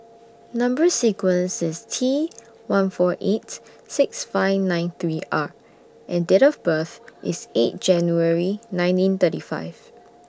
Number sequence IS T one four eight six five nine three R and Date of birth IS eight January nineteen thirty five